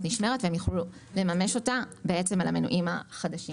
נשמרת והם יוכלו לממש אותה על המנויים החדשים.